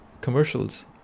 Commercials